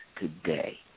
today